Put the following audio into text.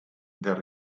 the